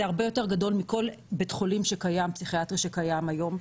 זה הרבה יותר גדול מכל בית חולים פסיכיאטרי שקיים היום.